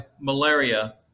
malaria